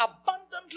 abundantly